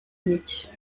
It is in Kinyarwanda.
n’iki